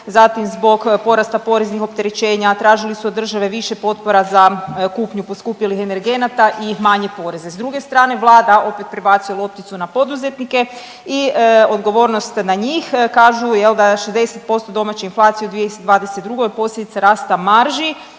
zatim zbog porasta poreznih opterećenja, tražili su od države više potpora za kupnju poskupjelih energenata i manje poreze. S druge strane Vlada opet prebacuje lopticu na poduzetnike i odgovornost na njih, kažu da 60% domaće inflacije u 2022. je posljedica rasta marži